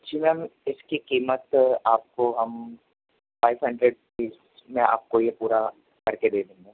جی ma'am اس کی قیمت آپ کو ہم فائیو ہنڈریڈ میں آپ کو یہ پورا کر کے دے دوں گا